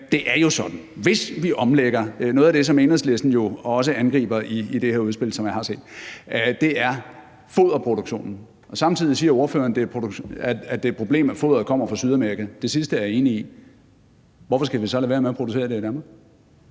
hvor job ikke hænger på træerne. Noget af det, som Enhedslisten jo også angriber i det her udspil, som jeg har set, er foderproduktionen. Samtidig siger ordføreren, at det er et problem, at foderet kommer fra Sydamerika, det sidste er jeg enig i. Hvorfor skal vi så lade være med at producere det i Danmark?